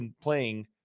playing